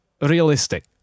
realistic